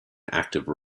active